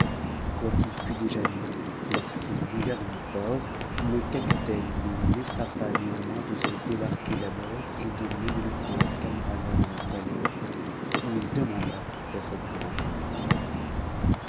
quoiqu'il fût déjà nuit lorsqu'il mouilla dans le port le capitaine ne laissa pas néanmoins de se débarquer d'abord et a mener le prince camaralzaman au palais où il demanda d'être présente au roi